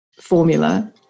formula